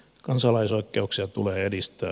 kansalaisoikeuksia tulee edistää